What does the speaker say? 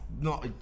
No